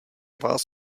vás